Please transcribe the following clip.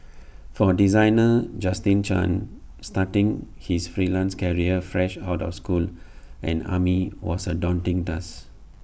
for designer Justin chan starting his freelance career fresh out of school and army was A daunting task